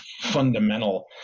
fundamental